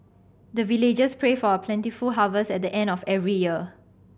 the villagers pray for a plentiful harvest at the end of every year